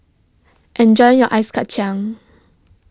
enjoy your Ice Kacang